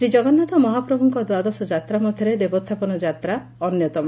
ଶ୍ରୀକଗନ୍ନାଥ ମହାପ୍ରଭୁଙ୍କ ଦ୍ୱାଦଶଯାତ୍ରା ମଧ୍ଧରେ ଦେବୋହ୍ବାପନ ଯାତ୍ରା ଅନ୍ୟତମ